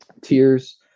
tiers